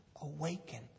Awaken